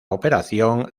operación